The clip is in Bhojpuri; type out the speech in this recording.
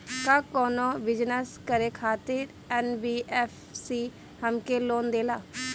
का कौनो बिजनस करे खातिर एन.बी.एफ.सी हमके लोन देला?